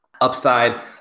upside